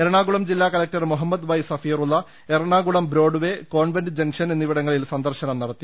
എറണാകുളം ജില്ലാ collector Muhammad Y Safirulla Ernakulam Broadway convent junction എന്നിവിടങ്ങളിൽ സന്ദർശനം നടത്തി